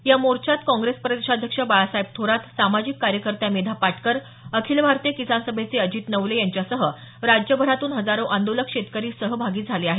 या मोर्चात काँप्रेस प्रदेशाध्यक्ष बाळासाहेब थोरात सामाजिक कार्यकर्त्या मेधा पाटकर अखिल भारतीय किसान सभेचे अजित नवले यांच्यासह राज्यभरातून हजारो आंदोलक शेतकरी सहभागी झाले आहेत